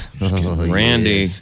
Randy